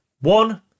One